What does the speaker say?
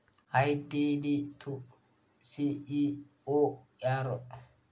ITD ದು CEO ಯಾರು?